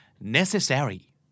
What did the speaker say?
necessary